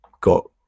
got